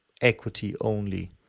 equity-only